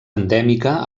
endèmica